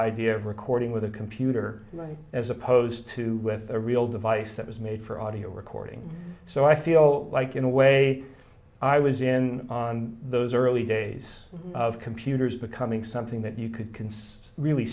idea of recording with a computer as opposed to with a real device that was made for audio recording so i feel like in a way i was in on those early days of computers becoming something that you could